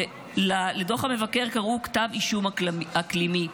לדוח המבקר קראו "כתב אישום אקלימי",